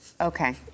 okay